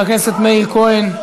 חבר הכנסת מאיר כהן,